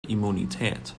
immunität